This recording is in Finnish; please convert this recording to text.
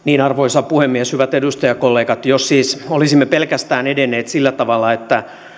sieltä arvoisa puhemies hyvät edustajakollegat jos siis olisimme edenneet pelkästään sillä tavalla että